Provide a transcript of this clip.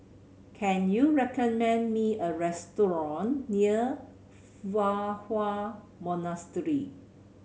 can you recommend me a restaurant near Fa Hua Monastery